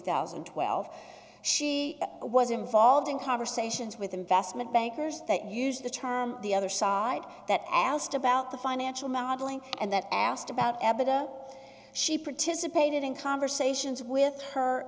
thousand and twelve she was involved in conversations with investment bankers that used the term the other side that asked about the financial modeling and then asked about evidence she participated in conversations with her